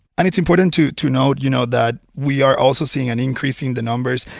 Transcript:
and it's important to to note, you know, that we are also seeing an increase in the numbers.